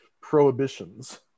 prohibitions